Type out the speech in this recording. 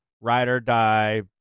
ride-or-die